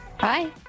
Bye